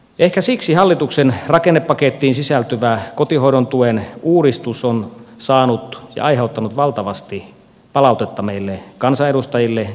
ehkä siksi hallituksen rakennepakettiin sisältyvä kotihoidon tuen uudistus on aiheuttanut valtavasti palautetta meille kansanedustajille